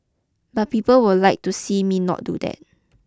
but people would like to see me not do that